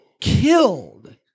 killed